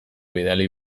bidali